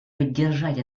поддержать